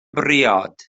briod